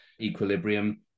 equilibrium